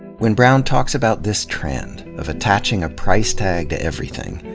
when brown talks about this trend, of attaching a price tag to everything,